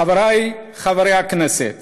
חברי חברי הכנסת,